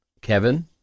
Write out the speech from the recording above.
Kevin